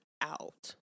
out